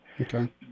Okay